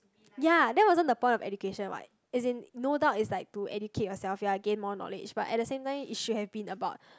ya that wasn't the point of education what as in no doubt is like to educate yourself ya gain more knowledge but at the same time it should have been about